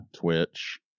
Twitch